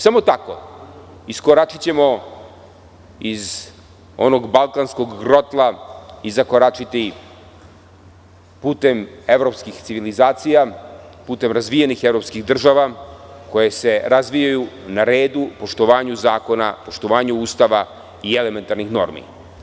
Samo tako iskoračićemo iz onog balkanskog grotla i zakoračiti putem evropskih civilizacija, putem razvijenih evropskih država koje se razvijaju na redu, poštovanju zakona, poštovanju Ustava i elementarnih normi.